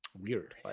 Weird